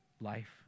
life